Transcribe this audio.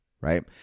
right